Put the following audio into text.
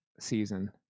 season